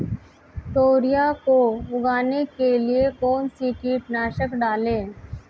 तोरियां को उगाने के लिये कौन सी कीटनाशक डालें?